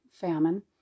famine